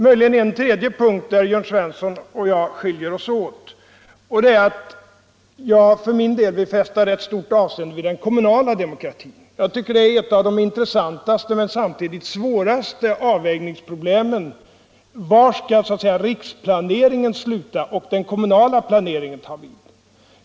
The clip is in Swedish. Möjligen skiljer Jörn Svensson och jag oss åt på en tredje punkt. Jag vill för min del fästa rätt stort avseende vid den kommunala demokratin. Jag tycker att ett av de intressantaste men samtidigt svåraste avvägningsproblemen är att avgöra var riksplaneringen skall sluta och den kommunala planeringen ta vid.